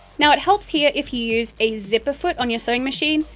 now it helps here if you use a zipper foot on your sewing machine,